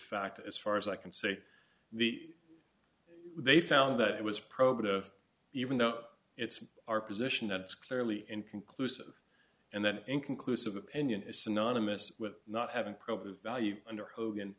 fact as far as i can say the they found that it was productive even though it's our position that it's clearly inconclusive and then an inconclusive opinion is synonymous with not having probably value under hogan